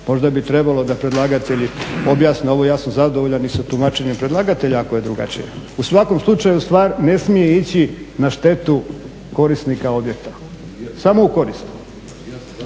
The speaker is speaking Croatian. Možda bi trebalo da predlagatelji objasne ovo. Ja sam zadovoljan i sa tumačenjem predlagatelja ako je drugačije. U svakom slučaju stvar ne smije ići na štetu korisnika objekta, samo u korist.